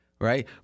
right